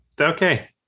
okay